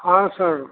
हाँ सर